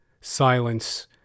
silence